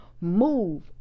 move